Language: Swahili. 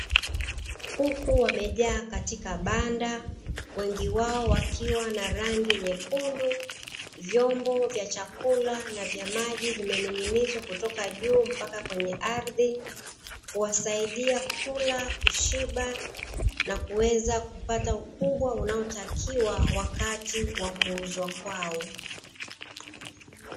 Kuku wamejaa katika banda, wengi wao wakiwa na rangi nyekundu. Vyombo vya chakula na vya maji vimening'inizwa kutoka juu mpaka kwenye ardhi, kuwasaidia kula, kushiba, na kuweza kupata ukubwa unaotakiwa wakati wa kuuzwa kwao.